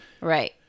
Right